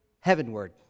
heavenward